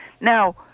Now